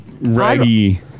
raggy